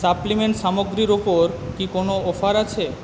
supplement সামগ্রীর ওপর কি কোনো অফার আছে